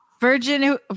Virgin